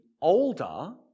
older